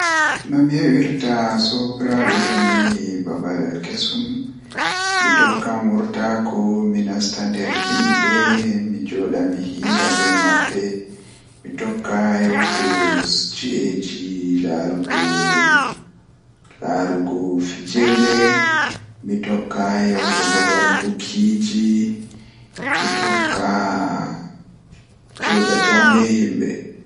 Nomi heɓirta sobiraaɓe tomi yahi babal kesum mi tokkan wurtaago mi nasta nder himɓe mi jooɗa mi hiira be mabɓe, Mi tokkaa yahugo ci'e laarugo fijirle mi tokka yahugo babal bukiiji mi tokka mi joɗa jam be himɓe.